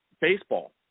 baseball